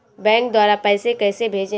Bank द्वारा पैसे कैसे भेजें?